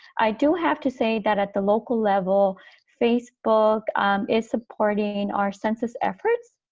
i do have to say that at the local level facebook is supporting our census efforts?